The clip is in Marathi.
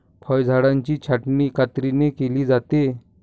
फळझाडांची छाटणी कात्रीने केली जाते